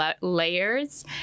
layers